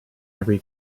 every